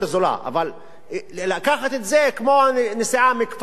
כמו הנסיעה מכפר-קאסם לאוניברסיטת תל-אביב.